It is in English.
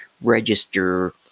register